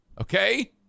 Okay